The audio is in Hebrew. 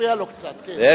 מפריע לו קצת, כן.